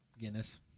Guinness